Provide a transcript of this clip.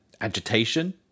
agitation